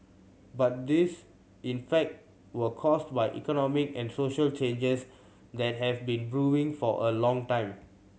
but these in fact were caused by economic and social changes that have been brewing for a long time